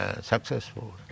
successful